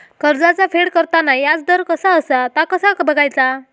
कर्जाचा फेड करताना याजदर काय असा ता कसा बगायचा?